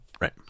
Right